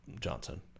Johnson